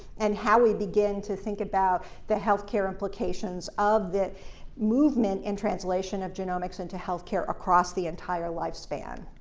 and how we begin to think about the healthcare implications of the movement in translation of genomics into health care across the entire lifespan.